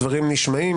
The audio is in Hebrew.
הדברים נשמעים.